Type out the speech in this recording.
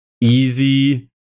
easy